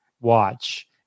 watch